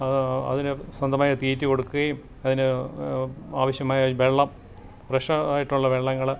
അതിന് സ്വന്തമായി തീറ്റി കൊടുക്കുകയും അതിന് ആവശ്യമായ വെള്ളം ഫ്രഷ് ആയിട്ടുള്ള വെള്ളങ്ങൾ